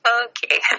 okay